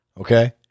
okay